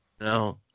No